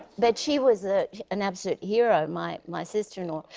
but she was ah an absolute hero, my my sister-in-law.